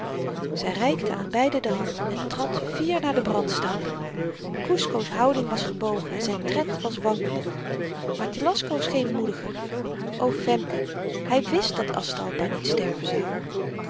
zy reikte aan beiden de hand en trad fier naar den brandstapel kusco's houding was gebogen en zyn tred was wankelend maar telasco scheen moediger o femke hy wist dat aztalpa niet sterven zou